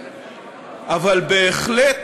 אבל בהחלט,